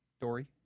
Dory